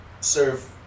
serve